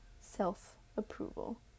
self-approval